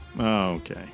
Okay